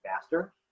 faster